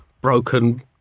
broken